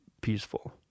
peaceful